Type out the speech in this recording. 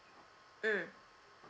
mm